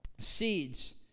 seeds